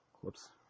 Whoops